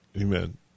Amen